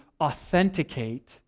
authenticate